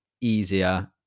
easier